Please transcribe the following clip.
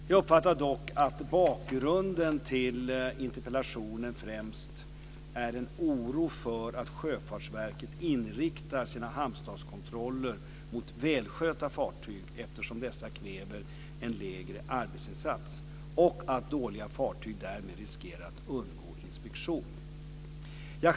Jag uppfattar dock att bakgrunden till interpellationen främst är en oro för att Sjöfartsverket inriktar sina hamnstatskontroller mot välskötta fartyg, eftersom dessa kräver en lägre arbetsinsats, och att dåliga fartyg därmed riskerar att undgå inspektion.